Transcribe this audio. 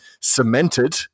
cemented